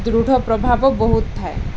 ଦୃଢ଼ ପ୍ରଭାବ ବହୁତ ଥାଏ